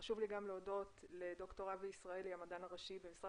חשוב לי גם להודות לדוקטור אבי ישראלי המדען הראשי במשרד